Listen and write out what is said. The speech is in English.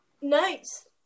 Nice